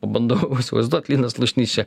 bandau įsivaizduot linas slušnys čia